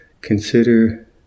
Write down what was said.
Consider